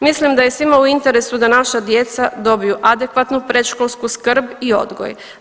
Mislim da je svima u interesu da naša djeca dobiju adekvatno predškolsku skrb i odgoj.